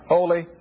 Holy